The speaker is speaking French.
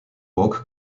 walk